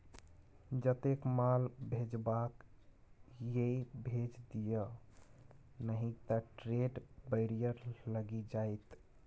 जतेक माल भेजबाक यै भेज दिअ नहि त ट्रेड बैरियर लागि जाएत